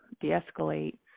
de-escalate